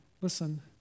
listen